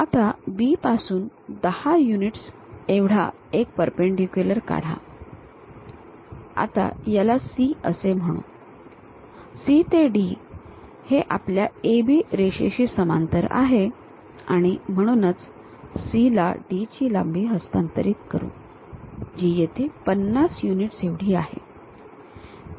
आता B पासून 10 units एवढा एक परपेंडीक्युलर काढा आता याला C असे म्हणू C ते D हे आपल्या A B रेषेशी समांतर आहे आणि म्हणूनच C ला D ची लांबी हस्तांतरित करु जी येथे 50 युनिट्स एवढी आहे